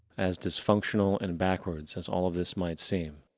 as dysfunctional and backwards as all of this might seem,